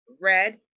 Red